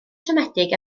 siomedig